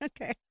Okay